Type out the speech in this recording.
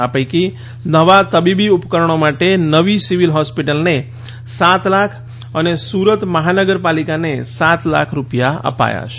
આ પૈકી નવા તબીબી ઉપકરણો માટે નવી સિવિલ હોસ્પિટલને સાત લાખ અને સુરત મહાનગરપાલિકાને સાત લાખ રૂપિયા અપાયા છે